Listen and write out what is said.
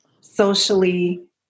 socially